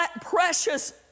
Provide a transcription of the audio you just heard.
precious